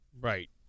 Right